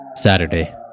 Saturday